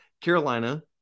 Carolina